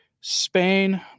Spain